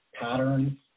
patterns